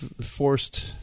forced